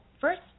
first